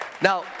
Now